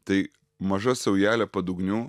tai maža saujelė padugnių